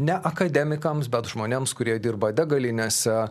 ne akademikams bet žmonėms kurie dirba degalinėse